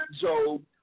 Job